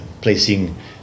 placing